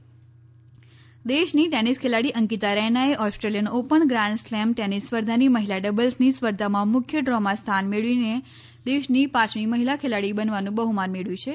tennis દેશની tennis ખેલાડી અંકિતા રૈનાએ Australian Open grand slam tennis સ્પર્ધાની મહિલા ડબલ્સની સ્પર્ધામાં મુખ્ય ડ્રીમાં સ્થાન મેળવીને દેશની પાંચમી મહિલા ખેલાડી બનવાનું બહ્માન મેળવ્યું છે